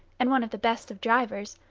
and one of the best of drivers,